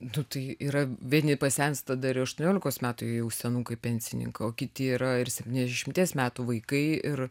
nu tai yra vieni pasensta dar ir aštuoniolikos metų jau senukai pensininkai o kiti yra ir septyniasdešimties metų vaikai ir